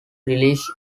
release